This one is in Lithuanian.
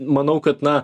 manau kad na